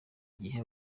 gihe